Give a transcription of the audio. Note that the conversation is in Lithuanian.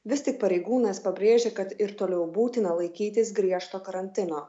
vis tik pareigūnas pabrėžė kad ir toliau būtina laikytis griežto karantino